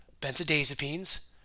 benzodiazepines